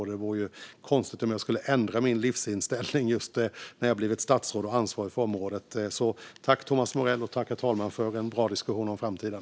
Det vore konstigt om jag skulle ändra min livsinställning just som jag blivit statsråd och ansvarig för området. Jag tackar Thomas Morell för en bra diskussion om framtiden.